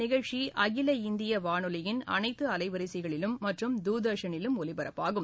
நிகழ்ச்சி அகில இந்திய வானொலியின் அனைத்து அலைவரிசைகளிலும் மற்றும் இந்த தூர்தர்ஷனிலும் ஒலிபரப்பாகும்